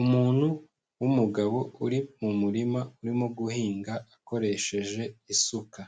Umuntu w'umugabo uri mu murima, urimo guhinga akoresheje isuka,